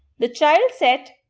the child said,